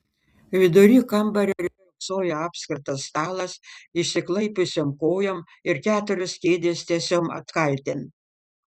vidury kambario riogsojo apskritas stalas išsiklaipiusiom kojom ir keturios kėdės tiesiom atkaltėm